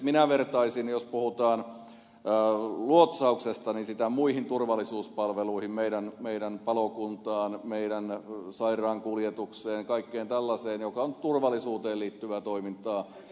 minä vertaisin jos puhutaan luotsauksesta sitä muihin turvallisuuspalveluihin meidän palokuntaan meidän sairaankuljetukseen kaikkeen tällaiseen joka on turvallisuuteen liittyvää toimintaa